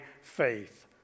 faith